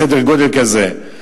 בסדר-גודל כזה.